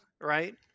right